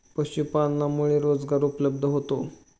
पशुपालनामुळे रोजगार उपलब्ध होतो